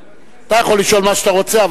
אתה יכול לשאול מה שאתה רוצה,